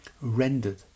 rendered